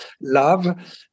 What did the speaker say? love